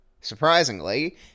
surprisingly